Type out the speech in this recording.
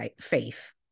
faith